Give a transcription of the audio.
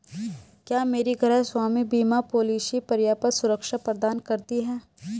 क्या मेरी गृहस्वामी बीमा पॉलिसी पर्याप्त सुरक्षा प्रदान करती है?